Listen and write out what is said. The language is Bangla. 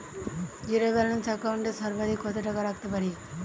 জীরো ব্যালান্স একাউন্ট এ সর্বাধিক কত টাকা রাখতে পারি?